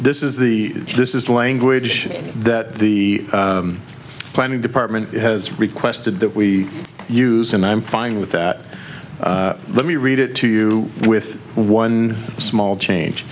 this is the this is the language that the planning department has requested that we use and i'm fine with that let me read it to you with one small change